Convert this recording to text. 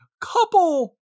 couple